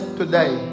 today